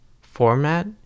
format